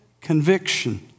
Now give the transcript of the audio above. conviction